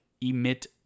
emit